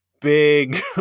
big